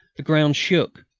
the ground shook.